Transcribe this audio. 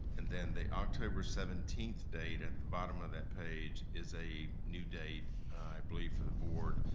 and then the october seventeen date at the bottom of that page is a new date i believe for the board,